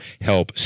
help